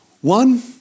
One